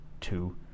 two